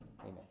amen